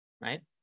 Right